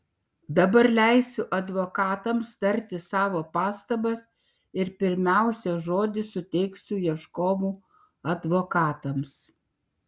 dabar leisiu advokatams tarti savo pastabas ir pirmiausia žodį suteiksiu ieškovų advokatams